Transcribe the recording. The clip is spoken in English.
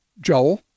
Joel